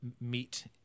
meet